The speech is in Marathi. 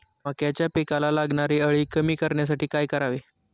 मक्याच्या पिकाला लागणारी अळी कमी करण्यासाठी काय करावे?